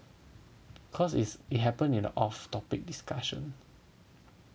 cause it's it happen in the off topic discussion